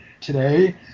Today